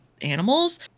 animals